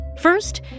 First